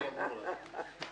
יעד למעבר התאגיד לירושלים.